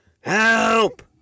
Help